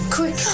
Quick